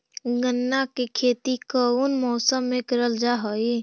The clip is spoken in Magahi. गन्ना के खेती कोउन मौसम मे करल जा हई?